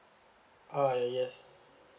uh yes